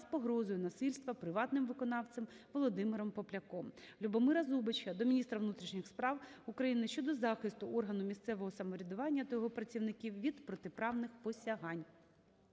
з погрозою насильства приватним виконавцем Володимиром Попляком. Любомира Зубача до міністра внутрішніх справ України щодо захисту органу місцевого самоврядування та його працівників від протиправних посягань.